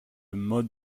mode